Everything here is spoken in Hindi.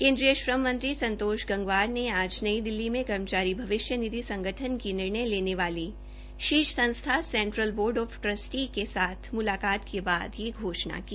केन्द्रीय श्रम मंत्री संतोष गंगवारने आज नई दिल्ली में कर्मचारी भविष्य निधि संगठन की निर्णय लेने वाली शीर्ष संस्था सेट्रलबोर्ड ऑफ ट्रस्टी के साथ मुलकात के बाद यह घोषणा की